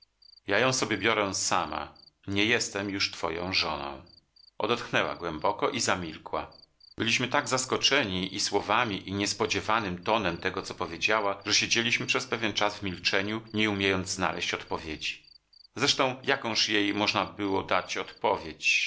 ja ją sobie biorę sama nie jestem już twoją żoną odetchnęła głęboko i zamilkła byliśmy tak zaskoczeni i słowami i niespodziewanym tonem tego co powiedziała że siedzieliśmy przez pewien czas w milczeniu nie umiejąc znaleść odpowiedzi zresztą jakąż jej można było dać odpowiedź